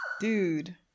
dude